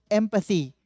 empathy